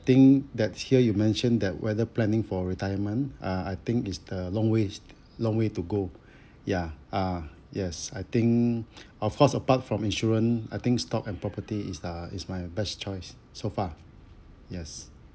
think that here you mentioned that whether planning for retirement uh I think is the long ways long way to go ya ah yes I think of course apart from insurance I think stock and property is the is my best choice so far yes